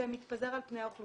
זה מתפזר על פני האוכלוסייה.